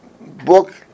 book